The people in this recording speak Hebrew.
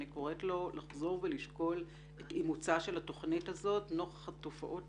אני קוראת לו לחזור ולשקול את התוכנית הזאת נוכח התופעות